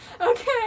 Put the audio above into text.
Okay